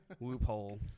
Loophole